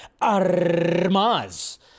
Armas